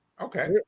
Okay